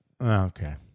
Okay